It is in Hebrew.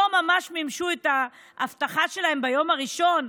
ממש מימשו את ההבטחה שלהם ביום הראשון,